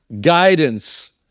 Guidance